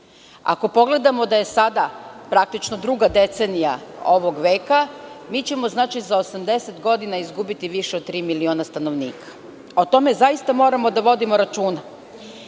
Ako pogledamo da je sada praktično druga decenija ovog veka, mi ćemo za 80 godina izgubiti više od tri miliona stanovnika. O tome zaista moramo da vodimo računa. Prvi